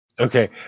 Okay